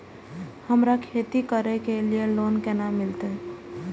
हमरा खेती करे के लिए लोन केना मिलते?